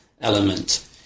element